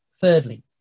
thirdly